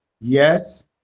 yes